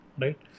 right